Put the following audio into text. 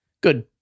Good